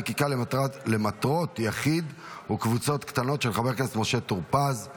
השכרת נכסים למתקני רדיו טלפון נייד),